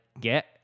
get